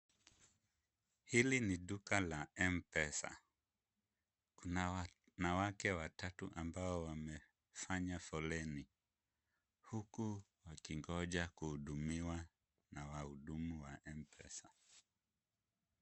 Hili ni duka la mpesa. Kuna wanawake watatu ambao wamefanya foleni huku wakingoja kuhudumiwa na wahudumu wa mpesa.